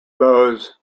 bows